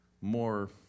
more